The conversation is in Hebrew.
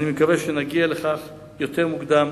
אני מקווה שנגיע לכך יותר מוקדם